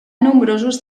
nombrosos